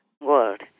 world